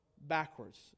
backwards